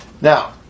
Now